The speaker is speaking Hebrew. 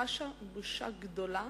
אני חשה בושה גדולה